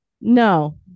no